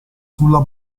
sulla